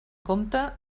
compte